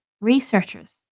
researchers